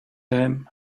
him